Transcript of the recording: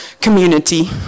community